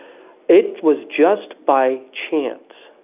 it was just by chance